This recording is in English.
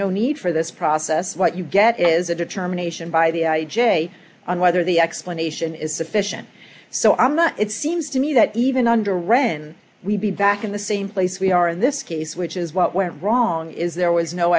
no need for this process what you get is a determination by the i j a on whether the explanation is sufficient so i'm not it seems to me that even under wren we'd be back in the same place we are in this case which is what went wrong is there was no